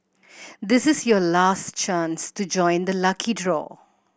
this is your last chance to join the lucky draw